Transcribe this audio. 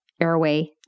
airway